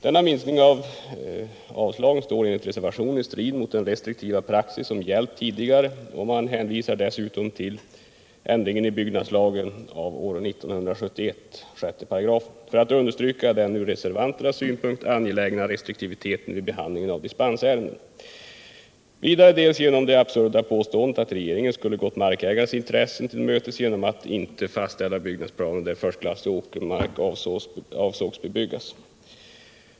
Denna minskning av avslagen står enligt reservationen i strid med den restriktiva praxis som gällt tidigare, och man hänvisar dessutom till ändringen i6 §i1971 års byggnadslag, för att understryka den från reservanternas synpunkt angelägna restriktiviteten vid behandlingen av dispensärenden. För det andra gäller det det absurda påståendet att regeringen skulle gått markägarnas intressen till mötes genom att inte fastställa byggnadsplaner där förstklassig åkermark avsågs bli bebyggd.